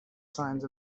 signs